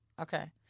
Okay